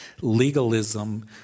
legalism